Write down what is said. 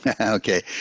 Okay